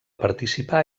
participar